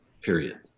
period